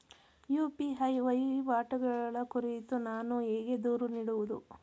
UPI ವಹಿವಾಟುಗಳ ಕುರಿತು ನಾನು ಹೇಗೆ ದೂರು ನೀಡುವುದು?